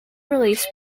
release